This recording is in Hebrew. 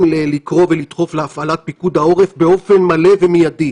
לקרוא ולדחוף להפעלת פיקוד העורף באופן מלא ומיידי.